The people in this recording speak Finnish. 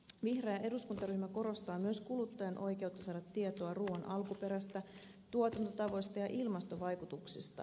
vihreä eduskuntaryhmä korostaa myös kuluttajan oikeutta saada tietoa ruuan alkuperästä tuotantotavoista ja ilmastovaikutuksista